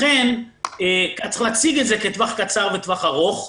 לכן צריך להציג את זה כטווח קצר וטווח ארוך.